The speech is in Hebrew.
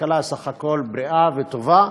הכלכלה בסך הכול בריאה וטובה,